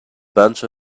bunch